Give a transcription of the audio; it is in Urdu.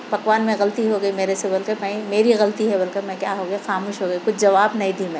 پکوان میں غلطی ہو گئی میرے سے بولتے نہیں میری غلطی ہے بلکہ میں کیا ہو گئی خاموش ہو گئی کچھ جواب نہیں دی میں